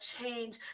change